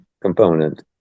component